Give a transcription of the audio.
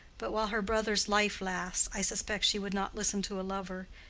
but while her brother's life lasts i suspect she would not listen to a lover,